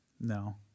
No